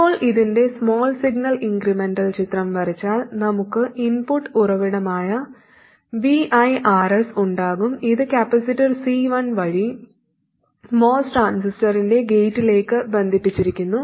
ഇപ്പോൾ ഇതിന്റെ small signal incremental ചിത്രം വരച്ചാൽ നമുക്ക് ഇൻപുട്ട് ഉറവിടമായ Vi Rs ഉണ്ടാകും ഇത് കപ്പാസിറ്റർ C1 വഴി MOS ട്രാൻസിസ്റ്ററിന്റെ ഗേറ്റിലേക്ക് ബന്ധിപ്പിച്ചിരിക്കുന്നു